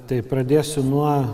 taip pradėsiu nuo